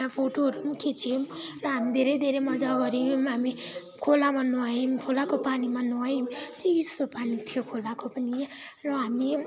त्यहाँ फोटोहरू खिचौँ र हामी धेरै धेरै मजा गरौँ हामी खोलामा नुहायौँ खोलाको पानीमा नुहायौँ चिसो पानी थियो खोलाको पनि र हामी